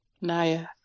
Naya